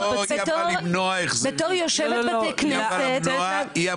אבל היא אמרה למנוע החזרים.